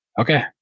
Okay